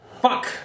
Fuck